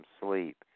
sleep